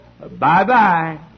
bye-bye